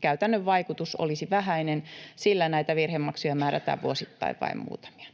Käytännön vaikutus olisi vähäinen, sillä näitä virhemaksuja määrätään vuosittain vain muutamia.